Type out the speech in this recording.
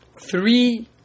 three